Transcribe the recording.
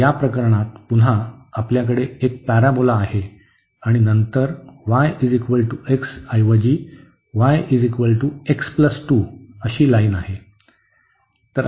तर या प्रकरणात पुन्हा आपल्याकडे एक पॅराबोला आहे आणि नंतर y x ऐवजी y x 2 लाइन आहे